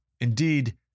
Indeed